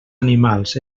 animals